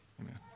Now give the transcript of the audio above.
Amen